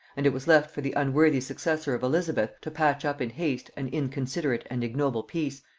and it was left for the unworthy successor of elizabeth to patch up in haste an inconsiderate and ignoble peace,